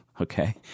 okay